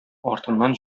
артыннан